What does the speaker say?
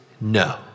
no